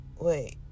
Wait